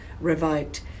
revoked